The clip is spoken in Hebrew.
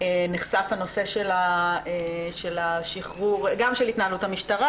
נחשף הנושא גם של התנהלות המשטרה,